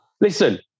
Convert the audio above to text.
Listen